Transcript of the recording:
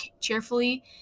cheerfully